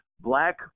Black